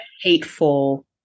hateful